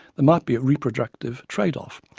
might be a reproductive trade-off,